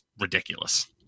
ridiculous